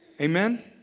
Amen